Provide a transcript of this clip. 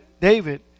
David